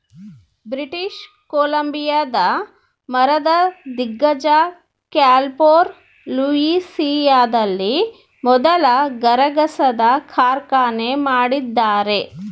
British ಕೊಲಂಬಿಯಾದ ಮರದ ದಿಗ್ಗಜ ಕ್ಯಾನ್ಫೋರ್ ಲೂಯಿಸಿಯಾನದಲ್ಲಿ ಮೊದಲ ಗರಗಸದ ಕಾರ್ಖಾನೆ ಮಾಡಿದ್ದಾರೆ